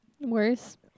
Worse